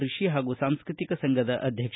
ಕೃಷಿ ಹಾಗೂ ಸಾಂಸ್ಟಕಿಕ ಸಂಫದ ಅಧ್ವಕ್ಷ